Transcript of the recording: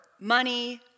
money